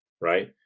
right